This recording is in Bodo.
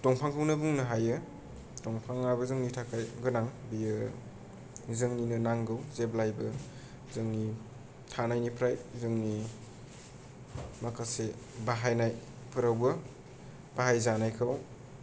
दंफांखौनो बुंनो हायो दंफाङाबो जोंनि थाखाय गोनां बियो जोंनिनो नांगौ जेब्लायबो जोंनि थानायनिफ्राय जोंनि माखासे बाहायनायफोरावबो बाहायजानायखौ